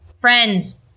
Friends